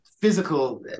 physical